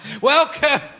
Welcome